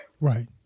right